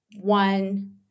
One